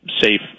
safe